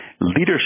Leadership